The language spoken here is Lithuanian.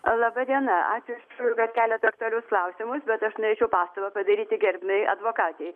laba diena ačiū kad keliat aktualius klausimus bet aš neičiau pastabą padaryti gerbiamai advokatei